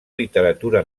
literatura